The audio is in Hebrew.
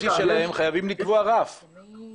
חייבים לקבוע רף במסגרת הזאת.